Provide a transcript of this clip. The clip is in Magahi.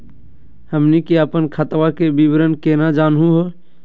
हमनी के अपन खतवा के विवरण केना जानहु हो?